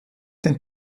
den